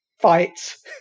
fights